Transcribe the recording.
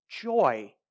joy